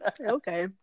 Okay